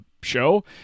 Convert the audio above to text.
show